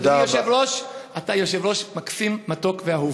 אדוני היושב-ראש, אתה יושב-ראש מקסים, מתוק ואהוב.